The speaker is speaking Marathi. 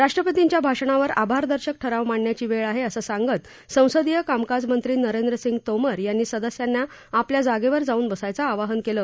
राष्ट्रपतींच्या भाषणावर आभारदर्शक ठराव मांडण्याची वेळ आहे असं सांगत संसदीय कामकाज मंत्री नरेंद्रसिंग तोमर यांनी सदस्यांना आपल्या जागेवर जाऊन बसायचं आवाहन केलं